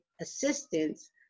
assistance